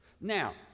Now